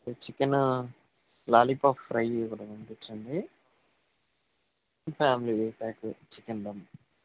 chicken lollipop fry ఒకటి పంపించండి ఫ్యామిలీది ప్యాకు చికెన్ ధమ్